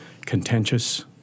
contentious